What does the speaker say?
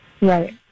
right